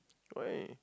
why